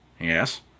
yes